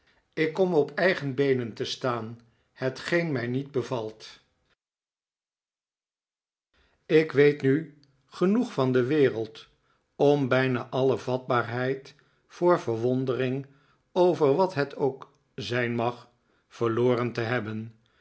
ik komop eigen beenen te staan hetgeen mij niet bevalt ik weet nu genoeg van de wereld om bijna alle vatbaarheid voor verwondering over wat het ook zijn mag verloren te hebben